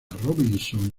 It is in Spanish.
robinson